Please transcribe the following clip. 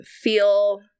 feel